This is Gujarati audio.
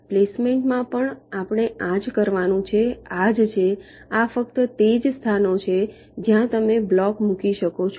પ્લેસમેન્ટ માં પણ આપણે આ જ કરવાનું છે આ જ છે આ ફક્ત તે જ સ્થાનો છે જ્યાં તમે બ્લોક મૂકી શકો છો